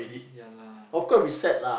ya lah